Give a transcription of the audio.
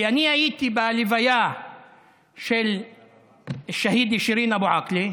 כי אני הייתי בלוויה של השהידית שירין אבו עאקלה,